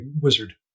wizard